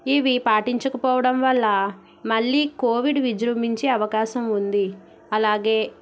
ఇవి పాటించకపోవడం వల్ల మళ్ళీ కోవిడ్ విజృంభించే అవకాశం ఉంది అలాగే